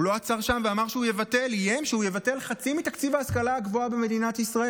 הוא לא עצר שם ואיים שהוא יבטל חצי מתקציב ההשכלה הגבוהה במדינת ישראל.